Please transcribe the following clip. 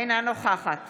אינה נוכחת